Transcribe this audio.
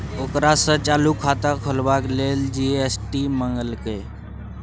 ओकरा सँ चालू खाता खोलबाक लेल जी.एस.टी मंगलकै